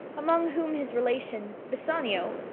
among whom his relation, bassanio,